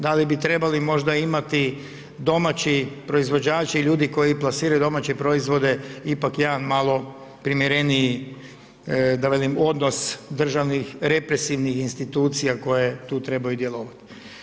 Da li bi trebali možda imati domaći proizvođači i ljudi koji plasiraju domaće proizvode, ipak malo primjerenijih da velim, odnos, države represivnih institucija, koje tu trebaju djelovati.